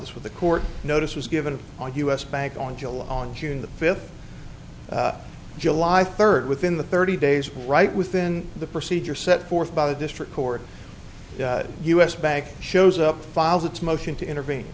this with the court notice was given on us bank on july on june the fifth july third within the thirty days right within the procedure set forth by the district court us bank shows up files its motion to intervene